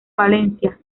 valencia